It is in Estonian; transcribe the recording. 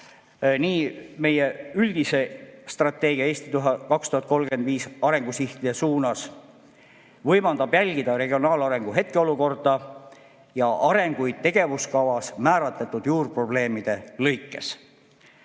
meie üldise strateegia "Eesti 2035" arengusihtide poole, võimaldab jälgida regionaalarengu hetkeolukorda ja tegevuskavas määratletud juurprobleemide